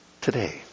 today